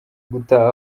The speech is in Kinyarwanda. gutaha